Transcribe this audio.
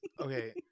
Okay